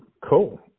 cool